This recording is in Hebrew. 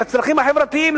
לצרכים החברתיים,